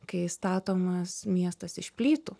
kai statomas miestas iš plytų